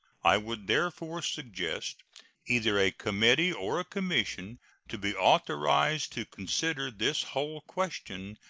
i would therefore suggest either a committee or a commission to be authorized to consider this whole question,